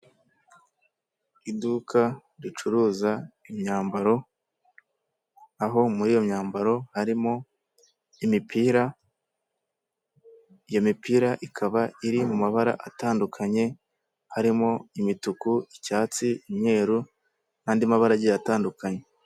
Iduka ricuruza imyambaro aho muri iyo myambaro harimo imipira. Iyo mipira ikaba iri mu mabara atandukanye. Harimo imituku, icyatsi, umweru n’andi mabara agiye atandukanye.